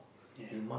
ya